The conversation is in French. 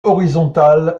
horizontal